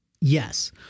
Yes